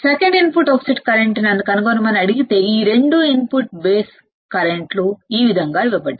రెండవ input offset current నన్ను కనుగొనమని అడిగితే ఈ 2 ఇన్పుట్ బేస్ కరెంట్లు ఈ విధంగా ఇవ్వబడ్డాయి